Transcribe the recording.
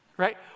right